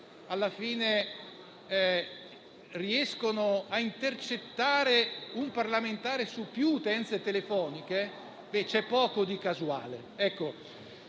riescono a intercettare un parlamentare su più utenze telefoniche, c'è poco di casuale.